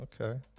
Okay